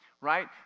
right